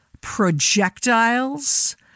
projectiles